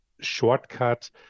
shortcut